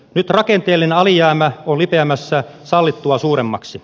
nyt rakenteellinen alijäämä on lipeämässä sallittua suuremmaksi